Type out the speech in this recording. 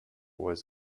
was